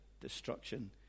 destruction